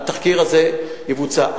התחקיר הזה יבוצע.